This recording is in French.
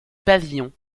pavillon